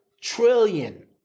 trillion